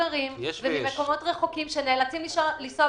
מבוגרים וממקומות רחוקים שנאלצים לנסוע